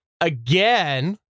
again